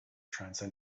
transcend